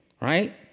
right